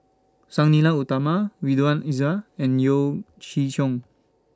Sang Nila Utama Ridzwan Dzafir and Yeo Chee Kiong